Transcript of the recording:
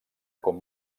com